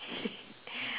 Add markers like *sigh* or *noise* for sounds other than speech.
*laughs*